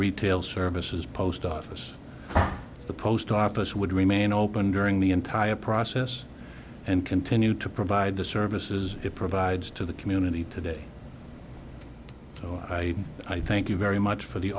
retail services post office the post office would remain open during the entire process and continue to provide the services it provides to the community today i i thank you very much for the